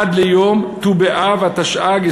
עד ליום ט"ו באב התשע"ג,